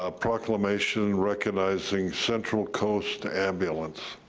ah proclamation recognizing central coast ambulance.